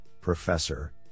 Professor